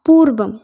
पूर्वम्